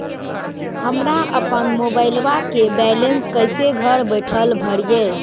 हमरा अपन मोबाइलबा के बैलेंस कैसे घर बैठल भरिए?